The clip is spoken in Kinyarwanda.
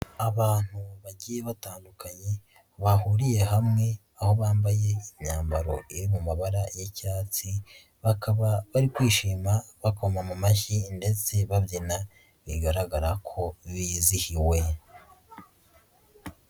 Abantu bagiye batandukanye bahuriye hamwe, aho bambaye imyambaro iri mu mabara y'icyatsi, bakaba bari kwishima bakoma mu mashyi ndetse babyina bigaragara ko bizihiwe.